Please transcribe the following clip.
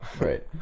Right